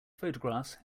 photographs